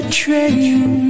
train